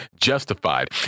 justified